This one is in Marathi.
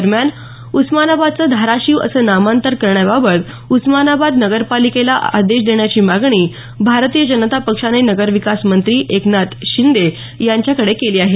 दरम्यान उस्मानाबादचं धाराशिव असं नामांतर करण्याबाबत उस्मानाबाद नगरपालिकेला आदेश देण्याची मागणी भारतीय जनता पक्षाने नगरविकास मंत्री एकनाथ शिंदे यांच्याकडे केली आहे